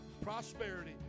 prosperity